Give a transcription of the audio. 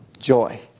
Joy